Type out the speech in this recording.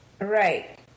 right